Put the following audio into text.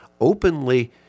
openly